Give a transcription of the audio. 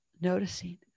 noticing